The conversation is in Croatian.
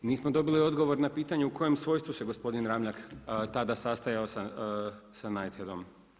Nismo dobili odgovor na pitanje u kojem svojstvu se gospodin Ramljak tada sastajao sa Knightheadom.